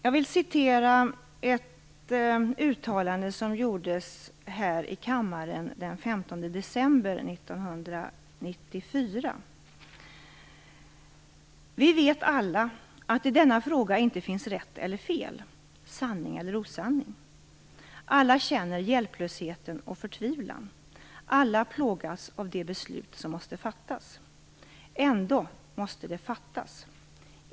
Jag vill citera ett uttalande som gjordes här i kammaren den 15 december 1994: "Vi vet alla - statsministern sade det också - att det i denna fråga inte finns rätt eller fel, sanning eller osanning. Alla känner hjälplösheten och förtvivlan, alla plågas av det beslut som måste fattas. Ändå måste det fattas.